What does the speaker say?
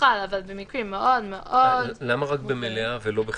יוכל במקרים מאוד-מאוד- - למה רק מלאה ולא בחלקית?